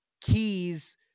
keys